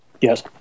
Yes